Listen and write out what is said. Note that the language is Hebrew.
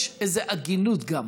יש איזו הגינות גם,